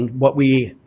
what we,